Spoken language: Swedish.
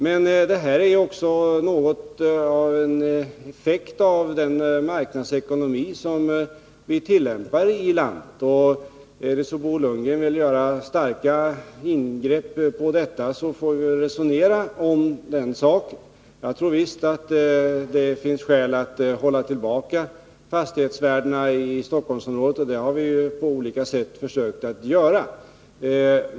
Men vi har här en effekt av den marknadsekonomi som vi tillämpar i landet. Om Bo Lundgren vill göra starka ingrepp mot denna, så får vi väl resonera om den saken. Jag tror visst att det finns skäl att hålla tillbaka fastighetsvärdena i Stockholmsområdet, och det har vi på olika sätt försökt göra.